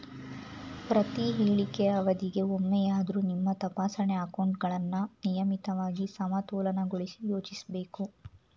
ಪ್ರತಿಹೇಳಿಕೆ ಅವಧಿಗೆ ಒಮ್ಮೆಯಾದ್ರೂ ನಿಮ್ಮ ತಪಾಸಣೆ ಅಕೌಂಟ್ಗಳನ್ನ ನಿಯಮಿತವಾಗಿ ಸಮತೋಲನಗೊಳಿಸಲು ಯೋಚಿಸ್ಬೇಕು